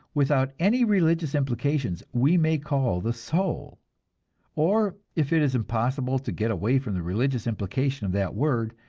without any religious implications, we may call the soul or, if it is impossible to get away from the religious implication of that word,